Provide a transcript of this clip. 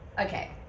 okay